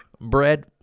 bread